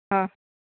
ಹಾಂ